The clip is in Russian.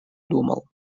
думал